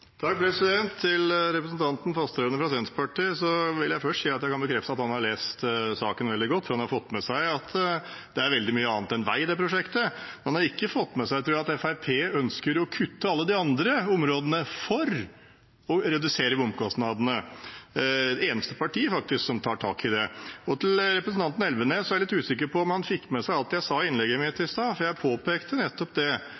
lest saken veldig godt, for han har fått med seg at det er veldig mye annet enn vei i dette prosjektet. Men jeg tror ikke han har fått med seg at Fremskrittspartiet ønsker å kutte alle de andre områdene for å redusere bomkostnadene. Det er faktisk det eneste partiet som tar tak i det. Til representanten Elvenes: Jeg er litt usikker på om han fikk med seg alt jeg sa i innlegget mitt i stad, for jeg påpekte nettopp det